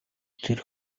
тэр